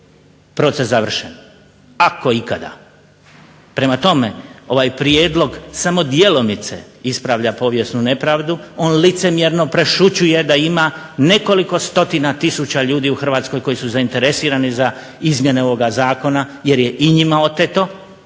proces završen ako ikada. Prema tome, ovaj prijedlog samo djelomice ispravlja povijesnu nepravdu. On licemjerno prešućuje da ima nekoliko stotina tisuća ljudi u Hrvatskoj koji su zainteresirani za izmjene ovoga Zakona jer je i njima oteto.